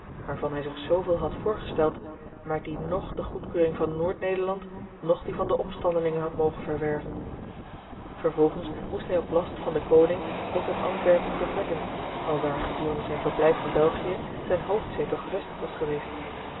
waarvan hij zich zooveel had voorgesteld maar die noch de goedkeuring van noord-nederland noch die van de opstandelingen had mogen verwerven vervolgens moest hij op last van den koning ook uit antwerpen vertrekken alwaar gedurende zijn verblijf in belgië zijn hoofdzetel gevestigd was geweest